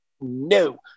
no